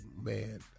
man